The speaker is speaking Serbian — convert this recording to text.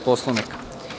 Poslovnika.